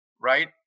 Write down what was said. right